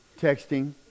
Texting